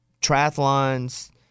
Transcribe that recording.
Triathlons